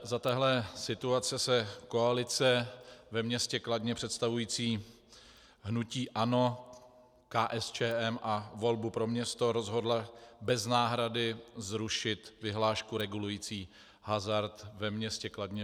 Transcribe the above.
Za téhle situace se koalice ve městě Kladno, představující hnutí ANO, KSČM a Volbu pro město, rozhodla bez náhrady zrušit vyhlášku regulující hazard ve městě Kladno.